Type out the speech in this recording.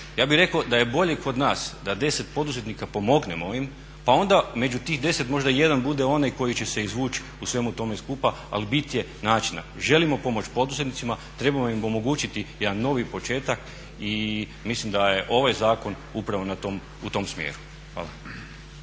Ja bih rekao da je bolje kod nas da deset poduzetnika pomognemo pa onda među tih deset možda jedan bude onaj koji će se izvući u svemu tome skupa al bit je načina. Želimo pomoći poduzetnicima trebamo im omogućiti jedan novi početak i mislim da je ovaj zakon upravo u tom smjeru. Hvala.